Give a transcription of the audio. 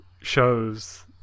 shows